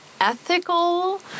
ethical